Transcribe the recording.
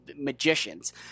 magicians